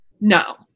No